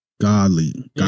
godly